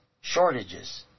shortages